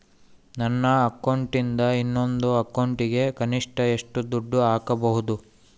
ನನ್ನ ಅಕೌಂಟಿಂದ ಇನ್ನೊಂದು ಅಕೌಂಟಿಗೆ ಕನಿಷ್ಟ ಎಷ್ಟು ದುಡ್ಡು ಹಾಕಬಹುದು?